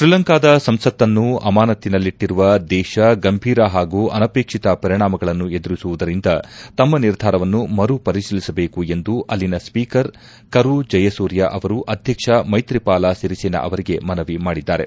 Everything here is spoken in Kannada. ಶ್ರೀಲಂಕಾದ ಸಂಸತ್ನ್ನು ಅಮಾನತ್ತಿನಲ್ಲಿಟ್ಟರುವ ದೇಶ ಗಂಭೀರ ಹಾಗೂ ಅನಪೇಕ್ಷಿತ ಪರಿಣಾಮಗಳನ್ನು ಎದುರಿಸುವುದರಿಂದ ತಮ್ನ ನಿರ್ಧಾರವನ್ನು ಮರು ಪರಿತೀಲಿಸಬೇಕು ಎಂದು ಅಲ್ಲಿನ ಸ್ವೀಕರ್ ಕರು ಜಯಸೂರ್ಯ ಅವರು ಅಧ್ಯಕ್ಷ ಮೈತ್ರಿಪಾಲ ಸಿರಿಸೇನಾ ಅವರಿಗೆ ಮನವಿ ಮಾಡಿದ್ದಾರೆ